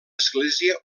església